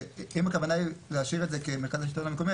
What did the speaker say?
אם הכוונה היא להשאיר את זה כמכרז השלטון המקומי,